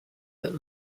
that